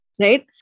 Right